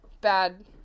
Bad